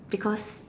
because